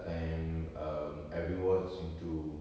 time um everyone was into